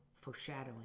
foreshadowing